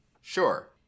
Sure